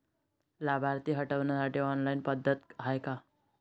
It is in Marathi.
लाभार्थी हटवासाठी ऑनलाईन पद्धत हाय का?